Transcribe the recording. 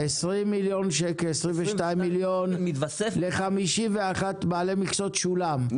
22 מיליון ל-51 בעלי מכסות שולם,